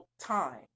time